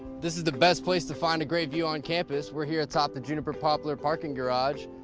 this is the best place to find a great view on campus. we are here atop the juniper poplar parking garage.